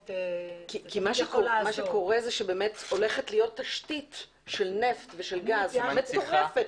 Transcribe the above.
מה שקורה זה שבאמת הולכת להיות תשתית של נפט ושל גז מטורפת.